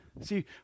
See